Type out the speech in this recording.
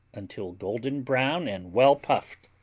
until golden-brown and well puffed.